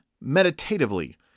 meditatively